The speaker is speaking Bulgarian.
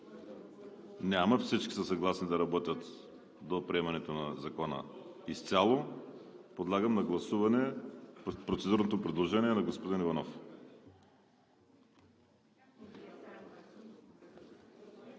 Няма. Всички са съгласни да работят до приемането на Закона изцяло. Подлагам на гласуване процедурното предложение на господин Иванов.